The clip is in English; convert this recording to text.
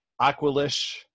Aqualish